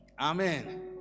Amen